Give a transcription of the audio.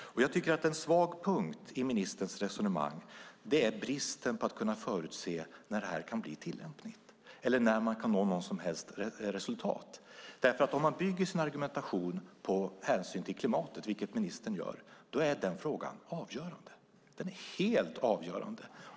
En svag punkt i ministerns resonemang är bristen när det gäller att kunna förutse när detta kan bli tillämpligt eller när man kan nå något som helst resultat. Om man bygger sin argumentation på hänsyn till klimatet, vilket ministern gör, är den frågan avgörande. Den är helt avgörande.